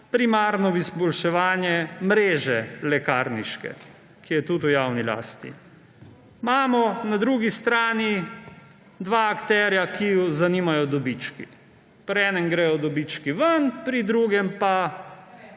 primarno v izboljševanje lekarniške mreže, ki je tudi v javni lasti. Na drugi strani imamo dva akterja, ki ju zanimajo dobički. Pri enem gredo dobički ven, pri drugem pa